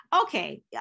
Okay